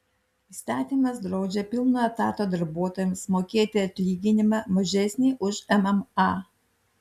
įstatymas draudžia pilno etato darbuotojams mokėti atlyginimą mažesnį už mma